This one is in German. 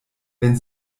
wenn